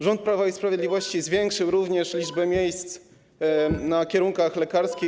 Rząd Prawa i Sprawiedliwości zwiększył również liczbę miejsc na kierunkach lekarskich.